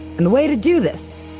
and the way to do this,